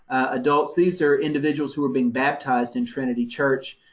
adults. these are individuals who were being baptized in trinity church.